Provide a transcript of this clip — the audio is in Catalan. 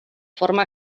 forma